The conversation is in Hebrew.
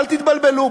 אל תתבלבלו.